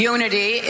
Unity